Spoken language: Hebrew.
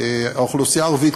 האוכלוסייה הערבית,